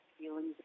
feelings